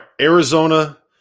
Arizona